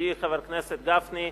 ידידי חבר הכנסת גפני,